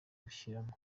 gushyiramo